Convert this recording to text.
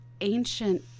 ancient